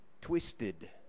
twisted